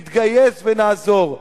נתגייס ונעזור.